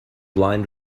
blind